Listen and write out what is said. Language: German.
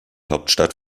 hauptstadt